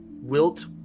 wilt